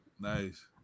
Nice